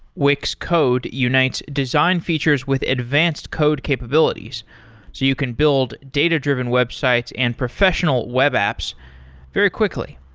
wix code unites design features with advanced code capabilities, so you can build data-driven websites and professional web apps very quickly.